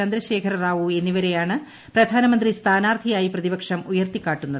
ചന്ദ്രശേഖരറാവു എന്നിവരെയാണ് പ്രധാനമന്ത്രി സ്ഥാനാർത്ഥിയായി പ്രതിപക്ഷം ഉയർത്തിക്കാട്ടുന്നത്